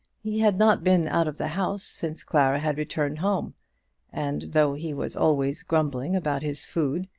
he had not been out of the house since clara had returned home and, though he was always grumbling about his food,